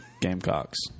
Gamecocks